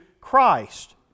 Christ